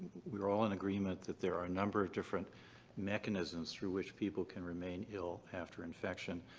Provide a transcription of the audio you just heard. we're all in agreement that there are a number of different mechanisms through which people can remain ill after infection.